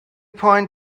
point